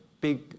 big